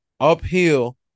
uphill